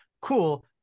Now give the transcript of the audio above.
Cool